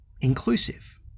inclusive